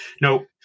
No